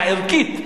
הערכית,